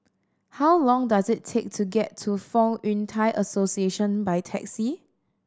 how long does it take to get to Fong Yun Thai Association by taxi